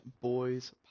Boys